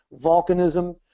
volcanism